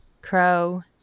crow